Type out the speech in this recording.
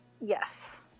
Yes